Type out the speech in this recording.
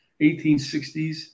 1860s